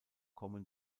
kommen